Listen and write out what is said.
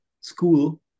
school